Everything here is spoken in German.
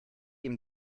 ihm